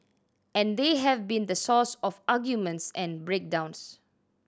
and they have been the source of arguments and break downs